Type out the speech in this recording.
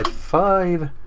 and five,